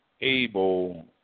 able